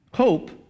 Hope